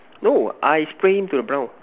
no I spray him to the brown